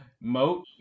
moat